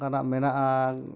ᱚᱱᱠᱟᱱᱟᱜ ᱢᱮᱱᱟᱜᱼᱟ